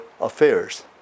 affairs